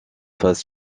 face